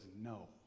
no